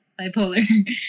bipolar